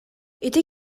ити